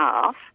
half